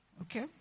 okay